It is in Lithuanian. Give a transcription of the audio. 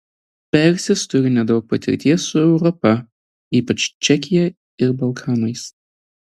persis turi nedaug patirties su europa ypač čekija ir balkanais